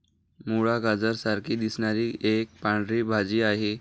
मुळा, गाजरा सारखी दिसणारी एक पांढरी भाजी आहे